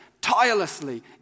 tirelessly